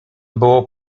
było